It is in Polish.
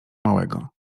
małego